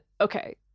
okay